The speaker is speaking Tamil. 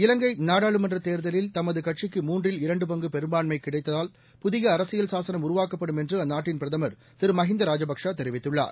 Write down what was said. இலங்கைநாடாளுமன்றத் தேர்தலில் தமதுகட்சிக்கு மூன்றில் இரண்டுபங்குபெரும்பான்மைகிடைத்தால் புதியஅரசியல் சாசனம் உருவாக்கப்படும் என்றுஅந்நாட்டின் பிரதமர் திரு மஹிந்தராஜபக்சேதெரிவித்துள்ளார்